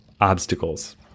Obstacles